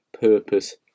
purpose